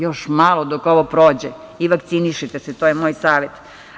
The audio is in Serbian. Još malo dok ovo prođe i vakcinišite se, to je moj savet.